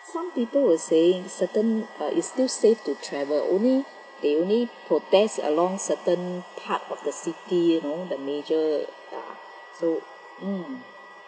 some people were saying certain uh it's still safe to travel only they only protest along certain part of the city you know the major ya so mm